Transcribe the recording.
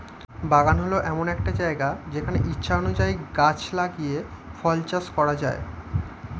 বাগান হল এমন একটা জায়গা যেখানে ইচ্ছা অনুযায়ী গাছ লাগিয়ে ফল চাষ করা যায়